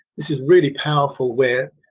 this is really powerful where,